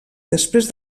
després